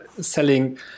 selling